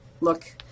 look